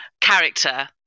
character